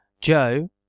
Joe